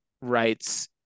rights